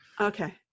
Okay